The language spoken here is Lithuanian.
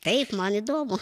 taip man įdomu